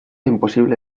imposible